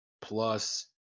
plus